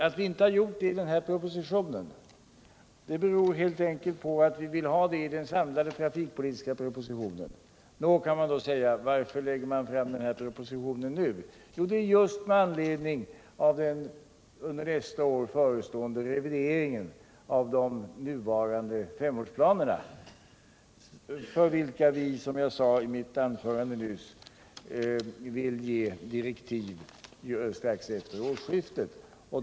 Att vi inte har gjort det i den nu aktuella propositionen beror helt enkelt på att vi vill ta in dessa i den övergripande trafikpolitiska propositionen. Nå, kan man då säga, varför lägger vi fram denna proposition just nu? Jo, det är med anledning av den nästa år förestående revideringen av de nuvarande femårsplanerna, för vilka vi, som jag sade i mitt anförande nyss, vill ge direktiv strax efter årsskiftet.